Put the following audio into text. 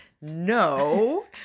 no